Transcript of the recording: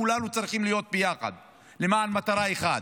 כולנו צריכים להיות ביחד למען מטרה אחת.